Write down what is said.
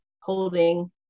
holding